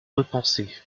repensée